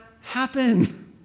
happen